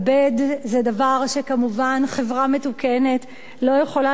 זה דבר שכמובן חברה מתוקנת לא יכולה לתת לו יד,